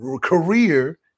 career